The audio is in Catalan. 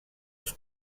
els